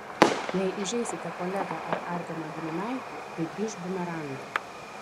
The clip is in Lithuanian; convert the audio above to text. jei įžeisite kolegą ar artimą giminaitį tai grįš bumerangu